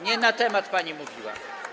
Nie na temat pani mówiła.